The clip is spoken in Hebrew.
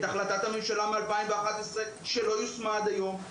את החלטת הממשלה מ-2011 שלא יושמה עד היום,